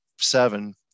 seven